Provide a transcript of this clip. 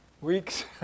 weeks